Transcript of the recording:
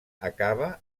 acaba